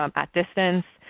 um at distance,